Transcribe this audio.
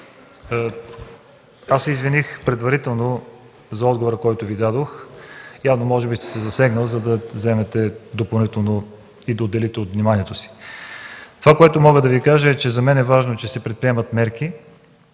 аз се извиних предварително за отговора, който Ви дадох. Явно може би сте се засегнал, за да вземете допълнително думата и да отделите от вниманието си. Мога да Ви кажа, че за мен е важно, че се предприемат мерки.